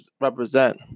represent